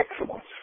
excellence